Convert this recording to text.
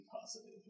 positive